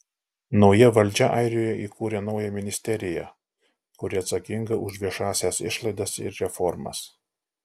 nauja valdžia airijoje įkūrė naują ministeriją kuri atsakinga už viešąsias išlaidas ir reformas